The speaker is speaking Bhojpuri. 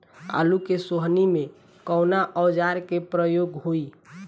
आलू के सोहनी में कवना औजार के प्रयोग होई?